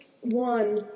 one